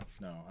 no